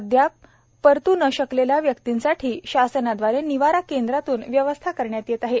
अदयाप परतू न शकलेल्या व्यक्तींसाठी शासनादवारे निवारा केंद्रातून व्यवस्था करण्यात येत आहे